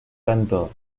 tanto